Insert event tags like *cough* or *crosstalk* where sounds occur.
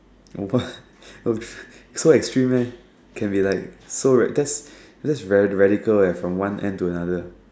what *laughs* so extreme meh can be like so ra~ that's that's very radical eh from one end to another